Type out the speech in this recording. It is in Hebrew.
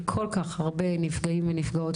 מכל כך הרבה נפגעים ונפגעות.